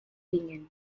ginen